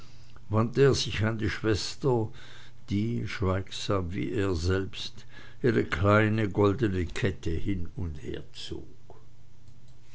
wandte er sich an die schwester die schweigsam wie er selbst ihre kleine goldene kette hin und her zog